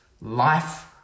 Life